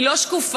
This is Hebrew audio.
היא לא שקופה.